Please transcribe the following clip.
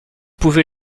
pouvez